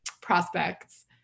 prospects